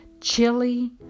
chili